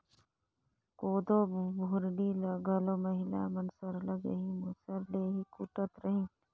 कोदो भुरडी ल घलो महिला मन सरलग एही मूसर ले ही कूटत रहिन